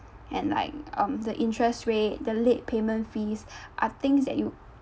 and like um the interest rate the late payment fees are things that you